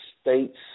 states